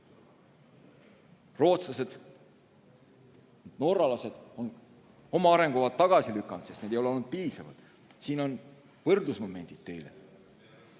Rootslased ja norralased on oma arengukavad tagasi lükanud, sest need ei ole olnud piisavad. Siin on teile võrdlusmomendid.